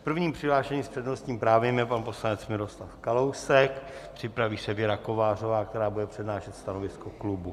Prvním přihlášeným s přednostním právem je pan poslanec Miroslav Kalousek, připraví se Věra Kovářová, která bude přednášet stanovisko klubu.